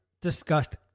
discussed